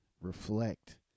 reflect